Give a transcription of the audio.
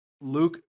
Luke